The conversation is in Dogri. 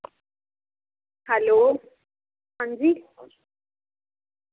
हैलो अंजी